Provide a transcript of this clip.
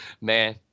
Man